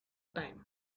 time